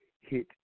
hit